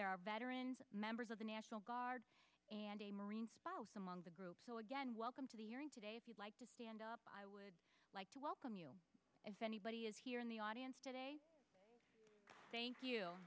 there are veterans members of the national guard and a marine was among the group so again welcome to the hearing today if you'd like to see and i would like to welcome you if anybody is here in the audience today thank you